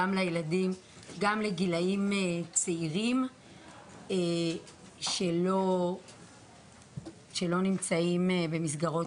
גם לילדים וגם לגילאים צעירים שלא נמצאים במסגרות,